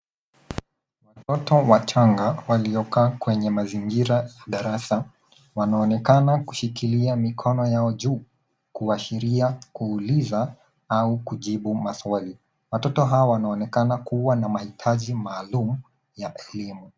Watoto wachanga waliokaa kwenye mazingira darasa wanaonekana kushikilia mikono yao juu kuashiria kuuliza au kujibu maswali. Watoto hawa wanaonekana kuwa na mahitaji maalum ya elimu.